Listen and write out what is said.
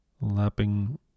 lapping